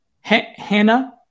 Hannah